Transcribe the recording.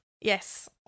Yes